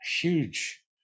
huge